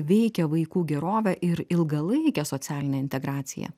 veikia vaikų gerovę ir ilgalaikę socialinę integraciją